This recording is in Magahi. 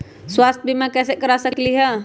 स्वाथ्य बीमा कैसे करा सकीले है?